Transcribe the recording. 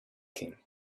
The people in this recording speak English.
king